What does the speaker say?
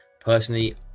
Personally